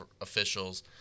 officials